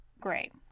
great